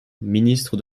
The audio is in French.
ministre